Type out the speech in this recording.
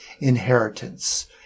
inheritance